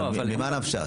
ממה נפשך?